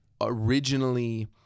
originally